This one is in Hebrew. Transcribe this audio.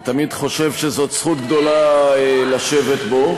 שאני תמיד חושב שזאת זכות גדולה לשבת בו.